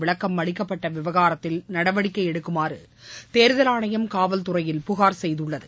விளக்கம் செய்யப்பட்ட விவகாரத்தில் நடவடிக்கை எடுக்குமாறு தேர்தல் ஆணையம் காவல் துறையில் புகார் செய்துள்ளது